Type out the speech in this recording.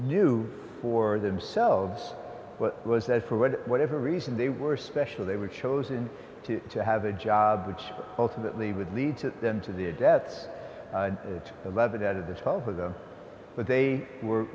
knew for themselves was that for whatever reason they were special they were chosen to have a job which ultimately would lead to them to their deaths beloved out of the top of them but they were